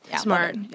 smart